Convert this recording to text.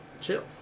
chill